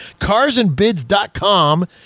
Carsandbids.com